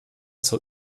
zur